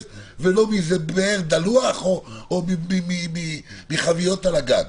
ולא מאיזו באר דלוחה או מחביות על הגג.